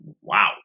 Wow